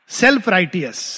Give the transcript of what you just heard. self-righteous